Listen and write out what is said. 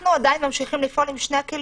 אנחנו עדיין ממשיכים לפעול עם שני הכלים.